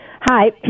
Hi